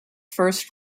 first